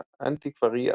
ה"אנטיקוואריאט"